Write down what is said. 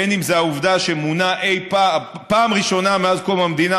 אם זה העובדה שבפעם הראשונה מאז קום המדינה,